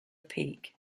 peak